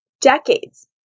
decades